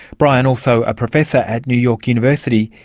bryan also a professor at new york university,